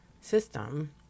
system